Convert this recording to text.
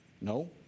No